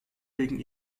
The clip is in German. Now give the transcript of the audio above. wegen